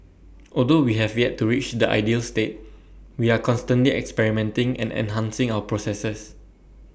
although we have yet to reach the ideal state we are constantly experimenting and enhancing our processes